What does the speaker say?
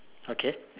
okay